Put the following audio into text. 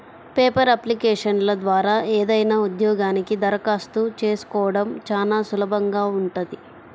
paper అప్లికేషన్ల ద్వారా ఏదైనా ఉద్యోగానికి దరఖాస్తు చేసుకోడం చానా సులభంగా ఉంటది